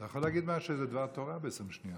אתה יכול להגיד משהו, איזה דבר תורה ב-20 שניות.